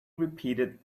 repeated